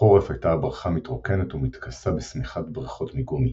בחרף היתה הברכה מתרוקנת ומתכסה בשמיכת ברכות מגומי.